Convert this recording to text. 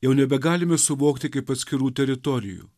jau nebegalime suvokti kaip atskirų teritorijų